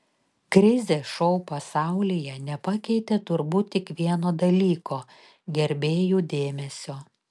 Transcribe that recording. krizė šou pasaulyje nepakeitė turbūt tik vieno dalyko gerbėjų dėmesio